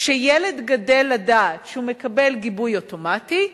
כשילד גדל לדעת שהוא מקבל גיבוי אוטומטי,